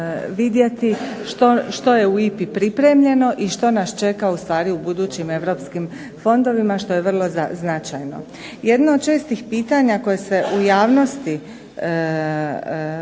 što je u IPA-i pripremljeno i što nas čeka ustvari u budućim europskim fondovima što je vrlo značajno. Jedno od čestih pitanja koja se u javnosti provlačilo,